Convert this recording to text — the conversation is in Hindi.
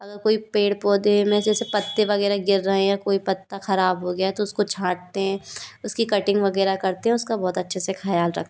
अगर कोई पेड़ पौधे में जैसे पत्ते वगैरह गिर रहे हैं या कोई पत्ता अगर खराब हो गया तो उसको छांटते उसकी कटिंग वगैरह करते हैं उसका बहुत अच्छे से ख्याल रखते हैं